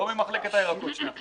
לא ממחלקת הירקות שלנו.